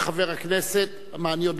חבר הכנסת מסעוד